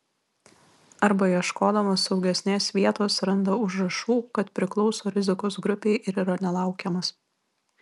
arba ieškodamas saugesnės vietos randa užrašų kad priklauso rizikos grupei ir yra nelaukiamas